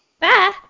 Bye